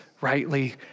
rightly